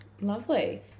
Lovely